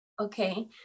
okay